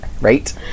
Right